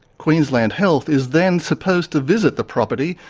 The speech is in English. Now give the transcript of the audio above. queensland health is then supposed to visit the property,